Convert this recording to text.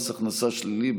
מס הכנסה שלילי,